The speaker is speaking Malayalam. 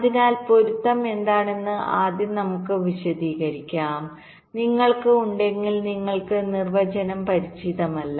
അതിനാൽ പൊരുത്തം എന്താണെന്ന് ആദ്യം നമുക്ക് വിശദീകരിക്കാം നിങ്ങൾക്ക് ഉണ്ടെങ്കിൽ നിങ്ങൾക്ക് നിർവചനം പരിചിതമല്ല